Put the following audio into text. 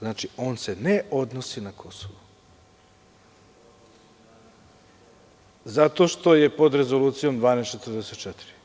Znači, on se ne odnosi na Kosovo zato što je pod Rezolucijom 1244.